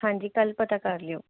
ਹਾਂਜੀ ਕੱਲ੍ਹ ਪਤਾ ਕਰ ਲਿਓ